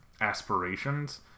aspirations